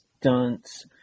stunts